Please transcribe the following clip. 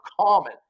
common